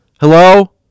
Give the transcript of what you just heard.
hello